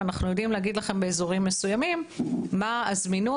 ואנחנו ויכולים להגיד לכם באזורים מסוימים מה הזמינות.